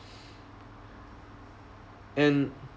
and